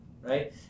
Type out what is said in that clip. right